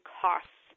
costs